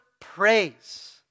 praise